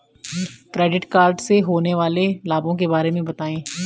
Credit card से होने वाले लाभों के बारे में बताएं?